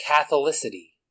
Catholicity